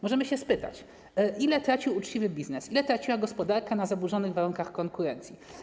Możemy się spytać: Ile tracił uczciwy biznes, ile traciła gospodarka na zaburzonych warunkach konkurencji?